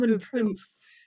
prince